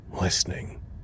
listening